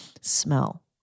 smell